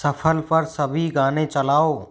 shuffle पर सभी गाने चलाओ